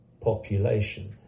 population